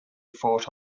fought